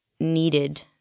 needed